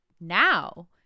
now